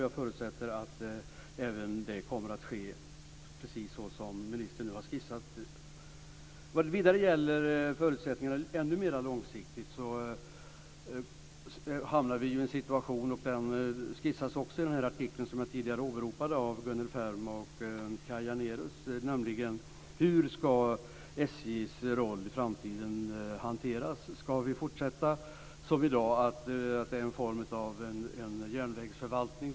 Jag förutsätter att även det kommer att ske precis så som ministern nu har skissat upp. När det gäller förutsättningarna ännu mera långsiktigt hamnar vi i en situation som också skissas upp i den artikel som jag tidigare åberopade av Gunnel Färm och Kaj Janérus. Det handlar om hur SJ:s roll skall hanteras i framtiden. Skall det fortsätta som i dag med att det är en form av järnvägsförvaltning?